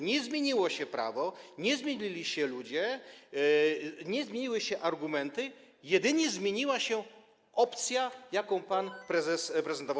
Nie zmieniło się prawo, nie zmienili się ludzie, nie zmieniły się argumenty, jedynie zmieniła się opcja, jaką pan prezes prezentował.